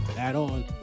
Add-on